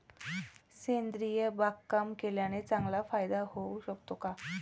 सेंद्रिय बागकाम केल्याने चांगला फायदा होऊ शकतो का?